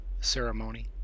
ceremony